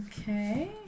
Okay